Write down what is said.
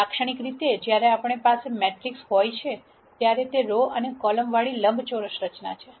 લાક્ષણિક રીતે જ્યારે આપણી પાસે મેટ્રિક્સ હોય છે ત્યારે તે રો અને કોલમ વાળી લંબચોરસ રચના છે